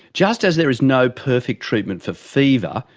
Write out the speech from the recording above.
just as there is no perfect treatment for fever,